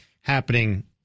happening